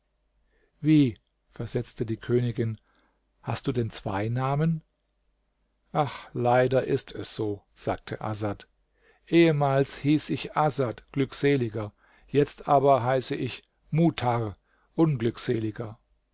wie versetzte die königin hast du denn zwei namen ach leider ist es so sagte asad ehemals hieß ich asad glückseliger jetzt aber heiße ich mu'tarr